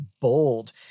bold